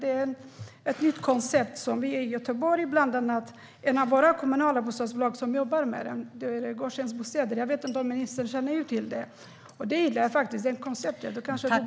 Det är ett nytt koncept som vi i Göteborg har ett kommunalt bostadsbolag, Gårdstensbostäder, som jobbar med. Jag vet inte om ministern känner till det. Jag gillar faktiskt det konceptet.